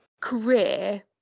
career